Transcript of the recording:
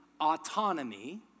autonomy